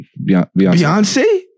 Beyonce